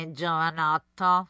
giovanotto